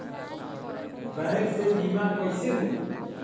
Bank से बिमा कईसे होई?